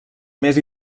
més